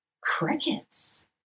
crickets